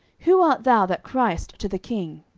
who art thou that criest to the king?